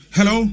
Hello